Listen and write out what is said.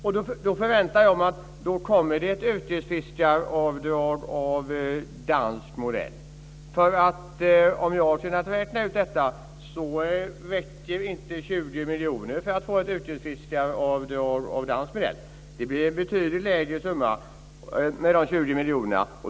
Jag förväntar mig att det kommer ett yrkesfiskaravdrag av dansk modell. Om jag har kunnat räkna ut det så räcker inte 20 miljoner till ett yrkesfiskaravdrag av dansk modell. Det blir en betydligt lägre summa, med de 20 miljonerna.